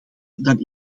dan